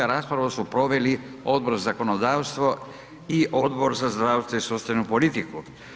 Raspravu su proveli Odbor za zakonodavstvo i Odbor za zdravstvo i socijalnu politiku.